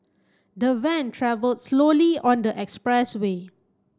the van travel slowly on the express way